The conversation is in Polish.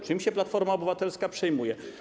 Czym się Platforma Obywatelska przejmuje?